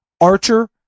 Archer